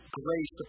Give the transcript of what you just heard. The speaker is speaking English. grace